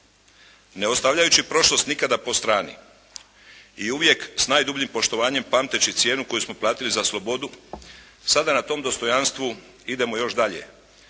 Ne ostavljajući prošlost nikada po strani i uvijek s najdubljim poštovanjem pamteći cijenu koju smo platili za slobodu, sada na tom dostojanstvu idemo još dalje.